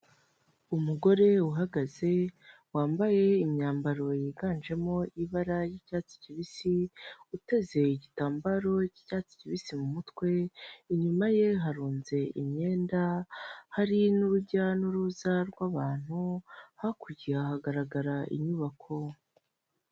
Umugore uhagaze wambaye imyambaro yiganjemo ibara ry'icyatsi kibisi, uteze igitambaro cy'icyatsi kibisi mu mutwe. Inyuma ye harunze imyenda hari n'urujya n'uruza rw'abantu, hakuryaye ahagaragara inyubako.